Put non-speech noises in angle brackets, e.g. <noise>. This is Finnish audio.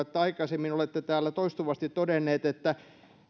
<unintelligible> että aikaisemmin olette täällä toistuvasti todenneet että